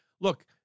look